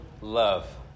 love